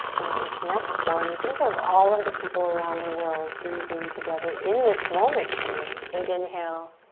and on this next one, think of all of the people around the world breathing together in this moment even. big inhale.